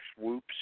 whoops